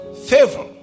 Favor